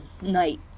Night